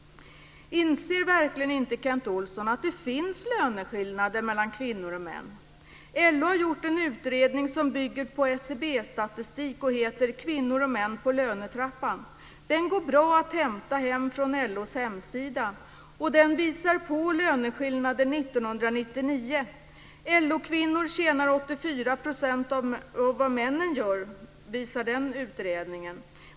Inser verkligen inte Kent Olsson att det finns löneskillnader mellan kvinnor och män? LO har gjort en utredning som bygger på SCB-statistik. Den heter Kvinnor och män på lönetrappan. Det går bra att hämta hem den från LO:s hemsida, och den visar löneskillnader 1999. Den utredningen visar att LO kvinnor tjänar 84 % av vad männen gör.